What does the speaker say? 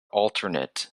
alternate